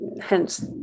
hence